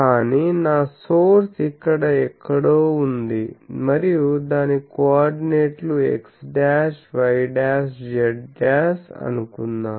కానీ నా సోర్స్ ఇక్కడ ఎక్కడో ఉంది మరియు దాని కోఆర్డినేట్లు xyz అనుకుందాం